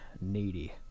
needy